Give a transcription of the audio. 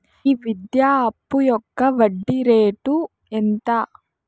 ఈ విద్యా అప్పు యొక్క వడ్డీ రేటు ఎంత?